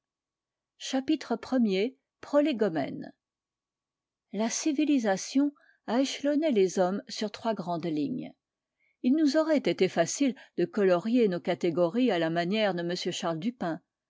chapitre premier prolégomènes la civilisation a échelonné les hommes sur trois grandes lignes il nous aurait été facile de colorier nos catégories à la manière de m charles